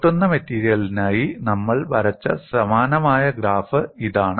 പൊട്ടുന്ന മെറ്റീരിയലിനായി നമ്മൾ വരച്ച സമാനമായ ഗ്രാഫ് ഇതാണ്